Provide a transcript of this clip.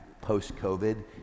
post-COVID